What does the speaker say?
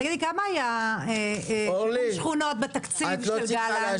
תגידי, כמה היה שיקום שכונות בתקציב של גלנט?